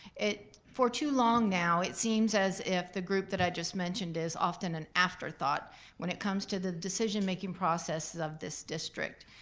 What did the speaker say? for too long now it seems as if the group that i just mentioned is often an afterthought when it comes to the decision making process of this district.